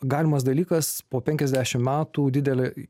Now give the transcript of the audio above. galimas dalykas po penkiasdešimt metų didelė